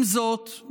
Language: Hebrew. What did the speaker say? עם זאת,